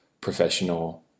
professional